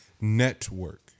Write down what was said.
network